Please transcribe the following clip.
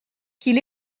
qu’il